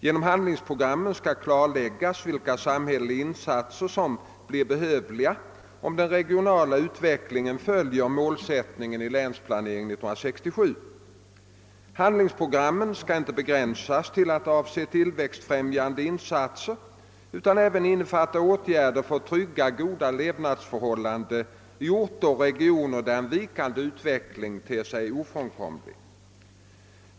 Genom handlingsprogrammen skall klarläggas vilka samhälleliga insatser som blir behövliga om den regionala utvecklingen följer målsättningen i Länsplanering 1967. Handlingsprogrammen skall inte begränsas till att avse tillväxtfrämjande insatser utan även innefatta åtgärder för att trygga goda levnadsförhållanden i orter och regioner där en vikande utveckling ter sig ofrånkomlig.